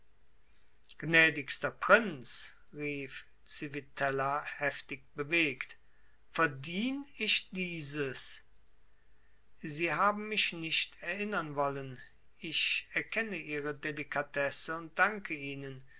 gnädigster prinz rief civitella heftig bewegt verdien ich dieses sie haben mich nicht erinnern wollen ich erkenne ihre delikatesse und danke ihnen